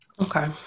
Okay